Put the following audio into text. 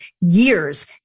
years